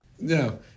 No